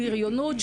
בריונות,